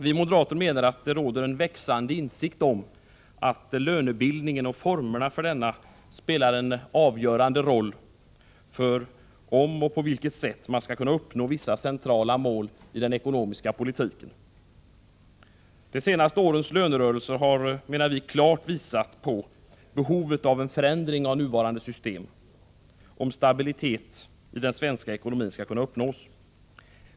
Vi moderater menar att det råder en växande insikt om att lönebildningen och formerna för denna spelar en avgörande roll för om och på vilket sätt man skall kunna uppnå vissa centrala mål i den ekonomiska politiken. De senaste årens lönerörelser har klart visat på behovet av en förändring av nuvarande system, om stabilitet i den svenska ekonomin skall kunna uppnås.